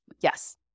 Yes